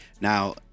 Now